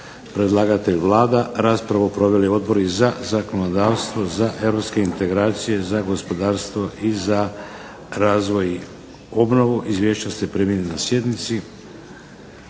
Predlagatelj je Vlada. Raspravu su proveli odbori za zakonodavstvo, za europske integracije, za gospodarstvo i za razvoj i obnovu. Izvješća ste primili na sjednici.